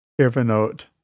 Evernote